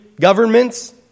governments